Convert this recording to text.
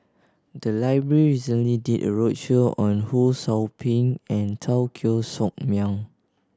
the library recently did a roadshow on Ho Sou Ping and Teo Koh Sock Miang